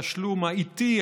התשלום האיטי,